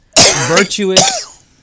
Virtuous